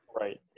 right